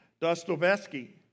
Dostoevsky